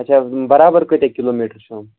اَچھا برابر کۭتیاہ کِلوٗ میٹر چھُ یِم